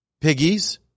piggies